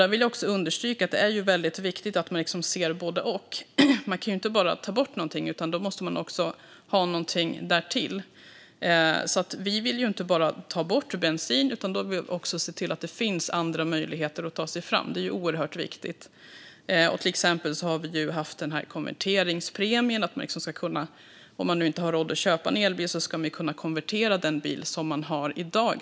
Jag vill också understryka att det är väldigt viktigt att man ser både och. Man kan ju inte bara ta bort någonting, utan man måste också ha någonting därtill. Vi vill alltså inte bara ta bort bensinen utan att se till att det finns andra möjligheter att ta sig fram. Det är oerhört viktigt. Vi har till exempel haft en konverteringspremie för att man ska kunna konvertera den bil som man har i dag om man inte har råd att köpa en elbil.